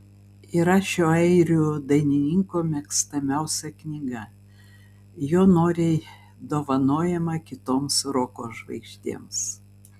yra šio airių dainininko mėgstamiausia knyga jo noriai dovanojama kitoms roko žvaigždėms